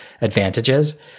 advantages